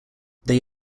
they